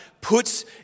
puts